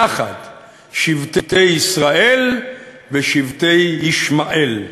יחד שבטי ישראל ושבטי ישמעאל.